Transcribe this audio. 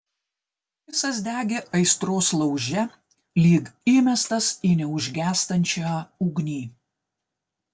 visas degė aistros lauže lyg įmestas į neužgęstančią ugnį